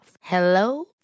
Hello